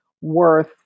worth